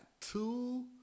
two